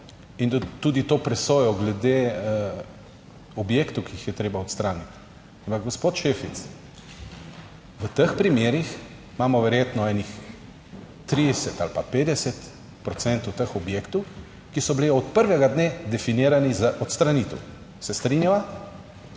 in tudi to presojo glede objektov, ki jih je treba odstraniti. Ampak gospod Šefic, v teh primerih imamo verjetno enih 30 ali pa 50 procentov teh objektov, ki so bili od prvega dne definirani za odstranitev. Se strinjava?